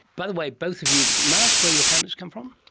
by the way, both of you, may i ask where your families come from?